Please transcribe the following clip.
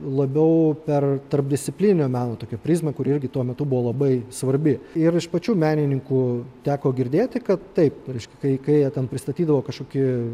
labiau per tarpdisciplininio meno tokią prizmę kuri irgi tuo metu buvo labai svarbi ir iš pačių menininkų teko girdėti kad taip reiškia kai kai jie ten pristatydavo kažkokį